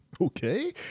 okay